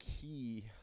key